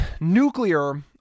Nuclear